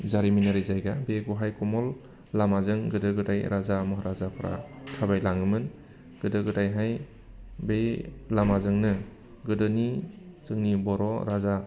जारिमिनारि जायगा बे गहाय कमल लामाजों गोदो गोदाय राजा महाराफ्रा थाबाय लाङोमोन गोदो गोदायहाय बै लामाजोंनो गोदोनि जोंनि बर' राजा